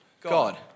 God